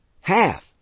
Half